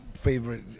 favorite